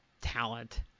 talent